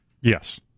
Yes